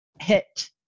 hit